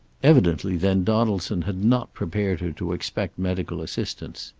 evidently, then, donaldson had not prepared her to expect medical assistance.